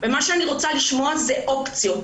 מה שאני רוצה לשמוע זה אופציות,